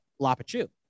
lapachu